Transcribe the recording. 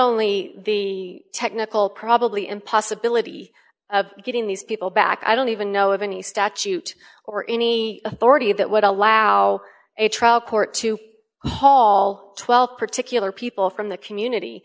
only the technical probably and possibility of getting these people back i don't even know of any statute or any authority that would allow a trial court to haul twelve particular people from the community